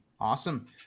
Awesome